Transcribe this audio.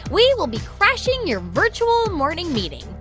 we will be crashing your virtual morning meeting.